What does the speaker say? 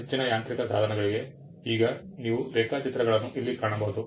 ಹೆಚ್ಚಿನ ಯಾಂತ್ರಿಕ ಸಾಧನಗಳಿಗೆ ಈಗ ನೀವು ರೇಖಾಚಿತ್ರಗಳನ್ನು ಇಲ್ಲಿ ಕಾಣಬಹುದು